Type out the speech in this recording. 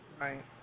Right